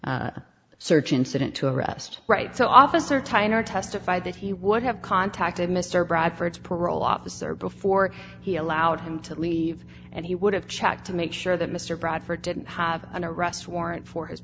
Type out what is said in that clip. later search incident to arrest right so officer tyner testified that he would have contacted mr bradford's parole officer before he allowed him to leave and he would have checked to make sure that mr bradford didn't have an arrest